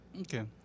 okay